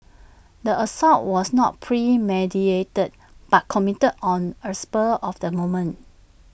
the assault was not premeditated but committed on A spur of the moment